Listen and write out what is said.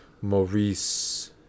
Maurice